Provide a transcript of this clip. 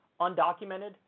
undocumented